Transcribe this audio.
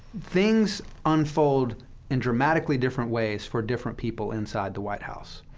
things unfold in dramatically different ways for different people inside the white house.